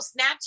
Snapchat